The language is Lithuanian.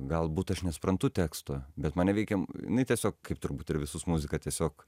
galbūt aš nesuprantu teksto bet man neveikia tiesiog kaip turbūt ir visus muziką tiesiog